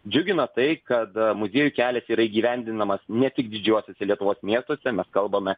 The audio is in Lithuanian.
džiugina tai kad muziejų kelias yra įgyvendinamas ne tik didžiuosiuose lietuvos miestuose mes kalbame